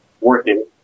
Working